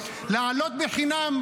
לעלות בחינם.